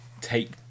take